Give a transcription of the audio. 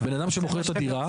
בן אדם שמוכר את הדירה,